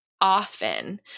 often